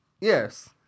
yes